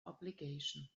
obligation